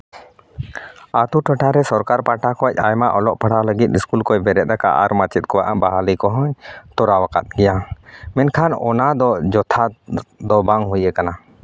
ᱟᱹᱛᱩ ᱴᱚᱴᱷᱟᱨᱮ ᱥᱚᱨᱠᱟᱨ ᱯᱟᱦᱴᱟ ᱠᱷᱚᱡᱽ ᱟᱭᱢᱟ ᱚᱞᱚᱜ ᱯᱟᱲᱦᱟᱣ ᱞᱟᱹᱜᱤᱫ ᱤᱥᱠᱩᱞ ᱠᱚᱭ ᱵᱮᱨᱮᱫ ᱟᱠᱟᱫᱟ ᱟᱨ ᱢᱟᱪᱮᱫ ᱠᱚᱣᱟᱜ ᱵᱟᱦᱟᱞᱤ ᱠᱚᱦᱚᱸᱭ ᱛᱚᱨᱟᱣᱟᱠᱟᱫ ᱜᱮᱭᱟ ᱢᱮᱱᱠᱷᱟᱱ ᱚᱱᱟ ᱫᱚ ᱡᱚᱛᱷᱟᱛ ᱫᱚ ᱵᱟᱝ ᱦᱩᱭᱟᱠᱟᱱᱟ